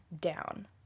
down